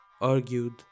argued